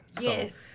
Yes